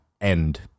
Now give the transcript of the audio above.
end